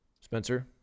Spencer